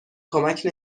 کمک